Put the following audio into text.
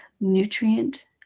nutrient